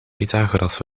pythagoras